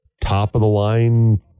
top-of-the-line